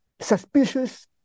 suspicious